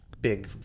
big